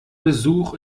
besuch